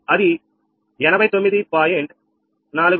అది 89